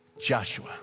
Joshua